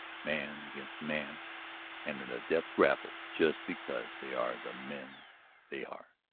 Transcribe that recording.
man against man and in a death grapple just because they are the men they are,